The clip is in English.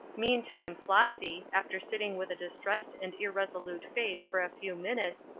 meantime flossy, after sitting with a distressed and irresolute face for a few minutes,